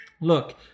Look